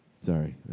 Sorry